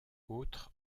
autres